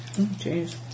Jeez